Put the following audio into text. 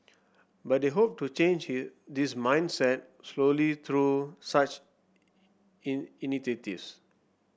but they hope to change this mindset slowly through such initiatives